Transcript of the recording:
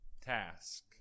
task